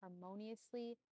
harmoniously